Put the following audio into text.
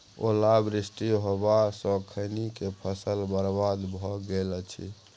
ओला वृष्टी होबा स खैनी के फसल बर्बाद भ गेल अछि?